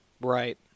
Right